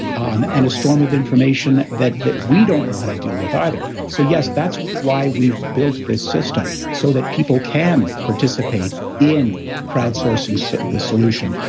um and a storm of information that that we don't know how to deal with either. so, yes, that's why we've built this system, so that people can participate in crowdsourcing so the solution,